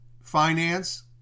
finance